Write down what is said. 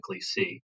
see